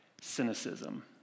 cynicism